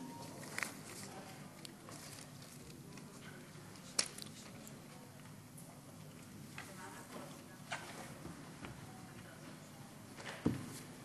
נמצאת.